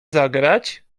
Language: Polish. zagrać